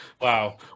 Wow